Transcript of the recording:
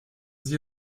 sie